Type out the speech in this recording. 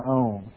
own